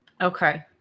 okay